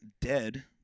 dead